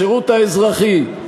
בשירות האזרחי,